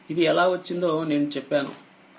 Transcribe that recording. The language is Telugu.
ఇది ఎలా వచ్చిందో నేను చెప్పాను